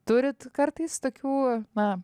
turit kartais tokių na